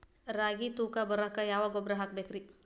ರಾಗಿ ತೂಕ ಬರಕ್ಕ ಯಾವ ಗೊಬ್ಬರ ಹಾಕಬೇಕ್ರಿ?